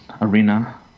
arena